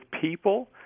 people